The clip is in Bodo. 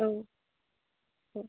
औ